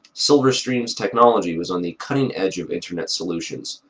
silverstream's technology was on the cutting edge of internet solutions,